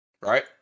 Right